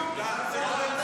זה טרור,